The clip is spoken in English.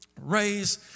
Raise